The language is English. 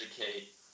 educate